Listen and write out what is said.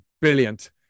brilliant